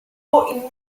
chodźmy